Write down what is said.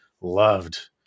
loved